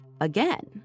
again